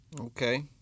Okay